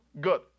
Good